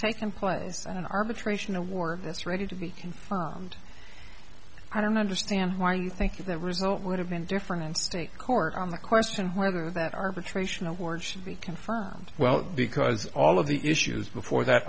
taken place an arbitration a war that's ready to be confirmed i don't understand why you think the result would have been different in state court on the question whether that arbitration award should be confirmed well because all of the issues before that